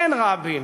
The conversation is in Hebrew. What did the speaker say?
אין רבין.